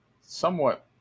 somewhat